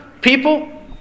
people